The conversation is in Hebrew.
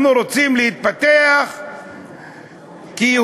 אנחנו רוצים להתפתח כיהודים